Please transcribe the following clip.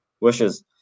wishes